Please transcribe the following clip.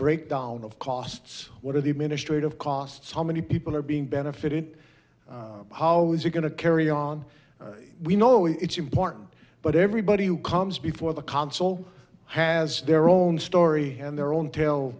breakdown of costs what are the administrate of costs how many people are being benefited how is it going to carry on we know it's important but everybody who comes before the consul has their own story and their own ta